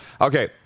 Okay